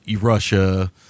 Russia